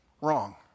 Wrong